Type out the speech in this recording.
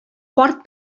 карт